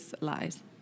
lies